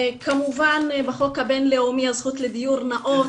כמובן בחוק הבינלאומי הזכות לדיור נאות